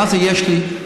מה זה יש לי?